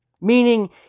Meaning